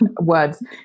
words